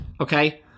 Okay